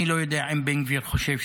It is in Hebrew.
אני לא יודע אם בן גביר חושב,